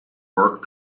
work